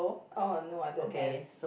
oh no I don't have